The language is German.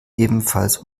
ebenfalls